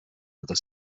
other